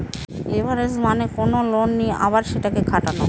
leverage মানে কোনো loan নিয়ে আবার সেটাকে খাটানো